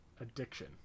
Addiction